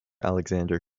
alexander